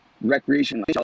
recreation